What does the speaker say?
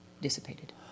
dissipated